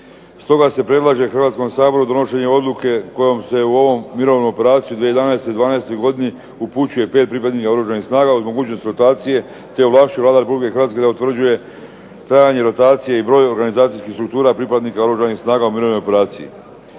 Stoga se predlaže Hrvatskom saboru donošenje odluke kojom se ovu mirovnu operaciju u 2011. i 2012. godini upućuje 5 pripadnika Oružanih snaga uz mogućnost rotacije, te ovlašćuje Vlada Republike Hrvatske da utvrđuje trajanje rotacije i broj organizacijskih struktura pripadnika Oružanih snaga u mirovnoj operaciji.